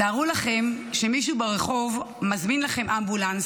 תארו לכם שמישהו ברחוב מזמין לכם אמבולנס